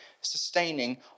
Sustaining